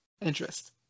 interest